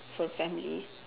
for family